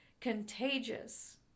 contagious